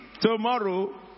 tomorrow